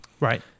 Right